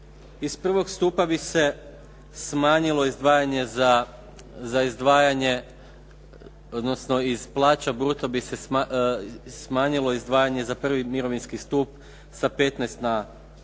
Iz prvog stupa bi se smanjilo izdvajanje, odnosno iz plaća bruto bi se smanjilo izdvajanje za prvi mirovinski stup sa 15 na 8%.